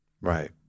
Right